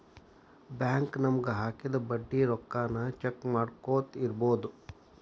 bank ನಮಗ ಹಾಕಿದ ಬಡ್ಡಿ ರೊಕ್ಕಾನ ಚೆಕ್ ಮಾಡ್ಕೊತ್ ಇರ್ಬೊದು